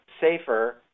safer